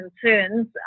concerns